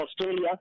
Australia